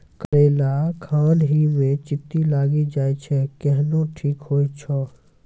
करेला खान ही मे चित्ती लागी जाए छै केहनो ठीक हो छ?